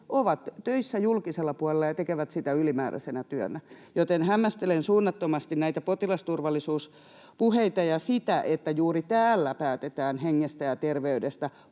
ovat töissä julkisella puolella ja tekevät sitä ylimääräisenä työnä. Joten hämmästelen suunnattomasti näitä potilasturvallisuuspuheita ja sitä, että juuri täällä päätetään hengestä ja terveydestä,